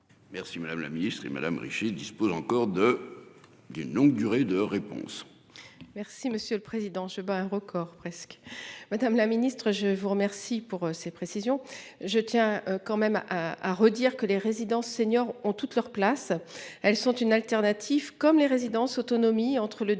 Merci madame la ministre et Madame Richer dispose encore de. D'une longue durée de réponse. Merci, monsieur le Président je bat un record presque Madame la Ministre je vous remercie pour ces précisions. Je tiens quand même à, à redire que les résidences seniors ont toute leur place. Elles sont une alternative comme les résidences autonomie entre le domicile et